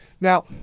Now